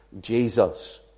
Jesus